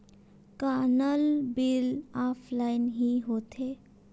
का नल bill offline हि होथे?